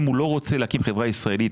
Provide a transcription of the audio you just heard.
אם הוא לא רוצה להקים חברה ישראלית,